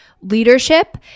leadership